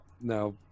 now